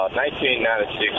1996